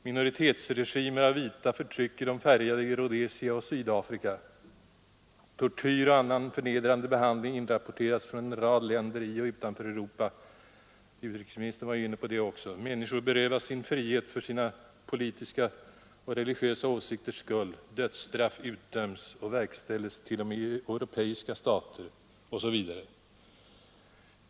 Minoritetsregimer av vita förtrycker de färgade i Rhodesia och Sydafrika, tortyr och annan förnedrande behandling inrapporteras från en rad länder i och utanför Europa — utrikesministern var inne på det också — människor berövas sin frihet för sina politiska och religiösa åsikters skull, dödsstraff utdöms och verkställs t.o.m. i europeiska stater OSV.